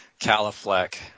Califleck